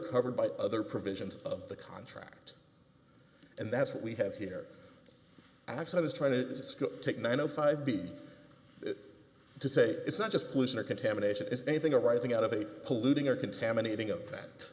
covered by other provisions of the contract and that's what we have here actually i was trying to take nine o five b to say it's not just pollution or contamination is anything arising out of a polluting or contaminating